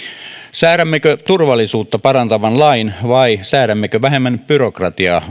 säädämmekö turvallisuutta parantavan lain vai säädämmekö vähemmän byrokratiaa